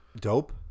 dope